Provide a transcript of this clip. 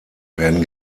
werden